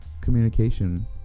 communication